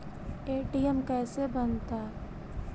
ATM कैसे बनता?